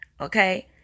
okay